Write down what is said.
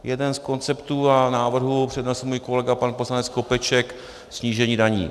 Jeden z konceptů a návrhů přednesl můj kolega pan poslanec Skopeček snížení daní.